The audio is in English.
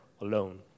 alone